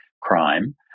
crime